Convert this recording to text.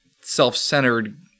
self-centered